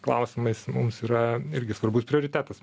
klausimais mums yra irgi svarbus prioritetas